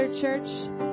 church